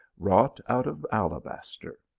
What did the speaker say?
wrought out of alabaster.